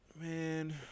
Man